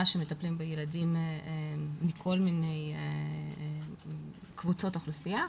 שמטפלות בילדים מכל קבוצות האוכלוסייה.